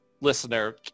listener